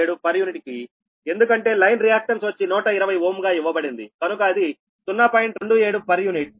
u కు ఎందుకంటే line reactance వచ్చి 120 Ω గా ఇవ్వబడింది కనుక అది 0